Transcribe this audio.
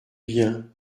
bien